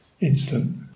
instant